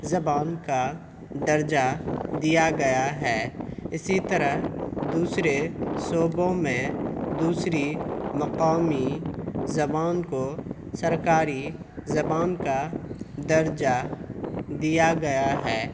زبان کا درجہ دیا گیا ہے اسی طرح دوسرے صوبوں میں دوسری مقامی زبان کو سرکاری زبان کا درجہ دیا گیا ہے